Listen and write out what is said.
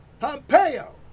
Pompeo